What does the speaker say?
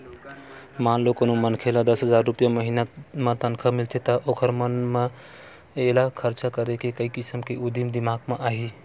मान लो कोनो मनखे ल दस हजार रूपिया महिना म तनखा मिलथे त ओखर मन म एला खरचा करे के कइ किसम के उदिम दिमाक म आही